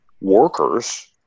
workers